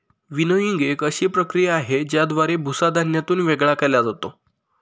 winnowing एक अशी प्रक्रिया आहे, ज्याद्वारे भुसा धान्यातून वेगळा केला जातो